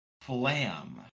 Flam